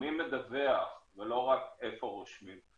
מי מדווח, ולא רק איפה רושמים.